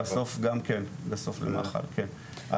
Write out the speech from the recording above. בסוף גם כן, בסוף למאכל, כן.